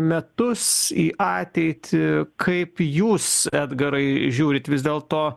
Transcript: metus į ateitį kaip jūs edgarai žiūrit vis dėlto